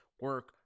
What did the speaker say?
Work